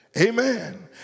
Amen